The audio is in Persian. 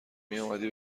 میومدی